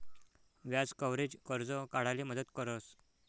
व्याज कव्हरेज, कर्ज काढाले मदत करस